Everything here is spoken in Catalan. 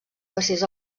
passés